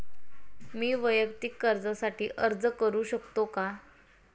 मी वैयक्तिक कर्जासाठी अर्ज करू शकतो का?